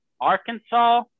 Arkansas